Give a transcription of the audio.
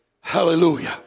Hallelujah